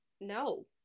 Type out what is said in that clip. no